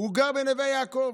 גר בנווה יעקב,